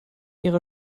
ihrer